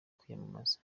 kwiyamamaza